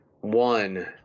one